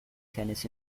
tennis